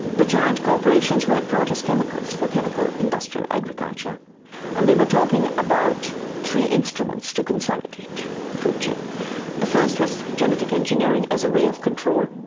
the giant corporations who had brought us chemicals for chemical industrial agriculture and were talking about three instruments to consolidate the food chain the first was genetic engineering as a way of control.